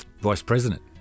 vice-president